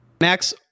Max